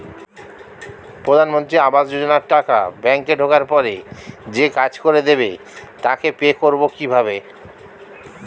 প্রধানমন্ত্রী আবাস যোজনার টাকা ব্যাংকে ঢোকার পরে যে কাজ করে দেবে তাকে পে করব কিভাবে?